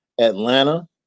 Atlanta